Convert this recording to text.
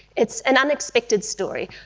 it's an unexpected story.